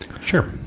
sure